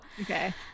okay